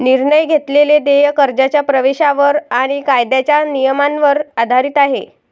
निर्णय घेतलेले देय कर्जाच्या प्रवेशावर आणि कायद्याच्या नियमांवर आधारित आहे